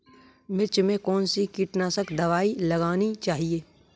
मिर्च में कौन सी कीटनाशक दबाई लगानी चाहिए?